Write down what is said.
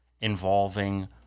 involving